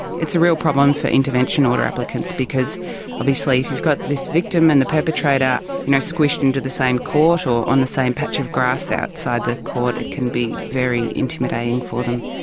it's a real problem for intervention order applicants because obviously if you've got this victim and the perpetrator you know squished into the same court or on the same patch of grass outside the court it can be very intimidating for them.